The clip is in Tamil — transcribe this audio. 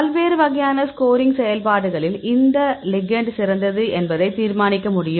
பல்வேறு வகையான ஸ்கோரிங் செயல்பாடுகளில் எந்த லிகெண்ட் சிறந்தது என்பதை தீர்மானிக்க முடியும்